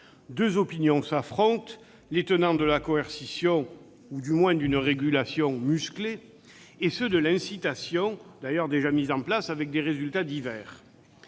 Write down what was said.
Deux opinions s'affrontent : les tenants de la coercition ou, du moins, d'une régulation musclée, et ceux de l'incitation, d'ailleurs déjà mise en place avec des résultats divers.